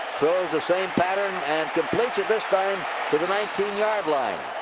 throws the same pattern. and completes it this time to the nineteen yard line.